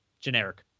Generic